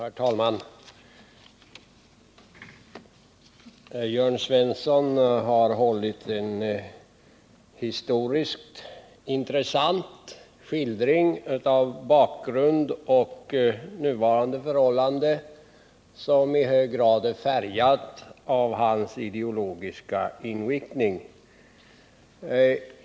Herr talman! Jörn Svenssons historiskt sett intressanta skildring av bakgrund och nuvarande förhållanden var i hög grad färgad av hans ideologiska inriktning.